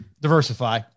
diversify